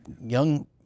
young